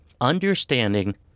understanding